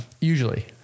usually